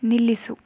ನಿಲ್ಲಿಸು